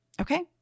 Okay